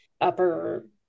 upper